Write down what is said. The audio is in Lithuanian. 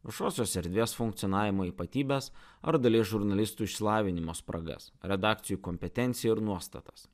viešosios erdvės funkcionavimo ypatybes ar dalies žurnalistų išsilavinimo spragas redakcijų kompetenciją ir nuostatas